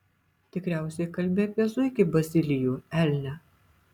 tikriausiai kalbi apie zuikį bazilijų elnią